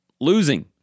losing